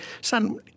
son